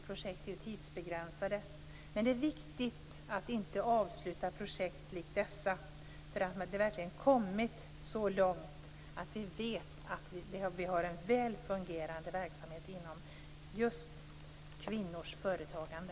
Projekt är tidsbegränsade, men det är viktigt att inte avsluta ett projekt likt detta förrän det verkligen kommit så långt att vi vet att vi har en väl fungerande verksamhet inom just kvinnors företagande.